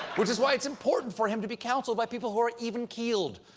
which is why it's important for him to be counseled by people who are even-keeled.